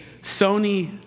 Sony